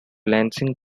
lansing